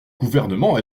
gouvernement